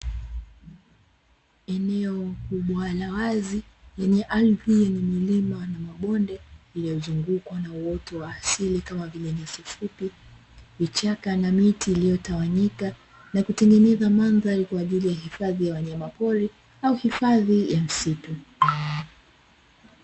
Eneo kubwa la wazi yenye ardhi yenye milima na mabonde, iliyozungukwa na uoto wa asili kama vile: nyasi fupi, vichaka, na miti iliyotawanyika na kutengeneza mandhari kwa ajili ya hifadhi ya wanyamapori au hifadhi ya msitu.